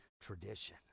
tradition